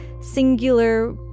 singular